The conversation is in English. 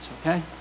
okay